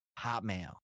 Hotmail